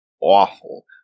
awful